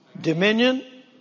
Dominion